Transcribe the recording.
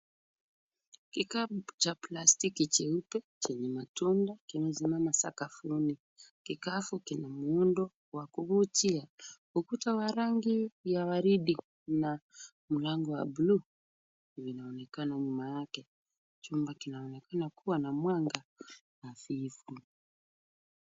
Kikapu cha plastiki cheupe chenye matonda kimesimama sakafuni. Kikapu kina muundo wa kuvutia. Ukuta wa rangi ya waridi na mlango wa buluu unaonekana nyuma yake. Chumba kinaonekana kuwa na mwanga hafifu.